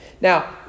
Now